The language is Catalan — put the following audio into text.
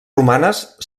romanes